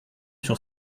sur